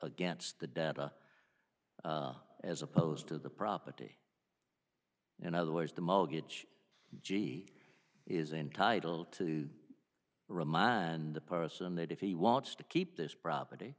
against the data as opposed to the property in other words the most g is entitled to remind the person that if he wants to keep this property